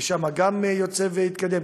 וגם זה יוצא ומתקדם.